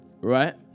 right